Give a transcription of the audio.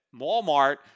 Walmart